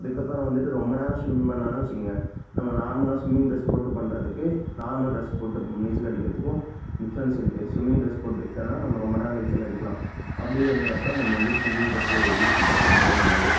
அதற்கப்பறோம் வந்துவிட்டு ரொம்ப நேரம் ஸ்விம் பண்ணோன்னா வச்சிக்கிங்க நம்ம நார்மலாக ஸ்விம்மிங் ட்ரெஸ் போட்டு பண்ணுறதுக்கு நார்மல் ட்ரெஸ்ஸு போட்டு நீச்சல் அடிக்கிறதுக்கும் டிஃப்ரெண்ட்ஸ் இருக்கு ஸ்விம்மிங் ட்ரெஸ் போட்டுக்கிட்டோன்னா நம்ம ரொம்ப நேரம் நீச்சல் அடிக்கலாம் அப்படிங்கிறப்ப நம்ம வந்துவிட்டு ஸ்விம்மிங் ட்ரெஸ்ஸு யூஸ் பண்ணுறது ரொம்பவே நல்லது